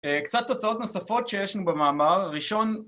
קצת תוצאות נוספות שיש לנו במאמר, ראשון